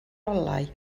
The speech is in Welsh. olau